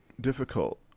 difficult